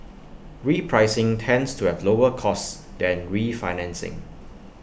repricing tends to have lower costs than refinancing